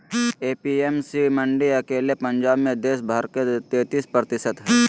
APMC मंडी अकेले पंजाब मे देश भर के तेतीस प्रतिशत हई